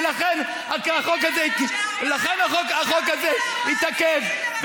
ולכן החוק הזה התעכב.